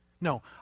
No